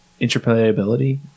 interplayability